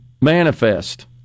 manifest